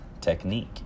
technique